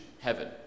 heaven